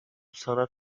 sanat